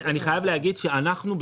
אני חייב להגיד שאנחנו,